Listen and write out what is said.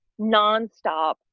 nonstop